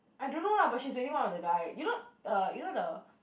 I don't know lah but she is dating one of the guy you know uh you know the